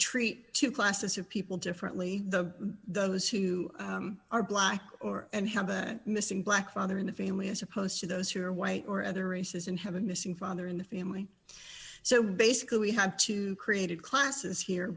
treat two classes of people differently the those who are black or and have been missing black father in the family as opposed to those who are white or other races and have a missing father in the family so basically we have to created classes here